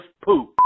poop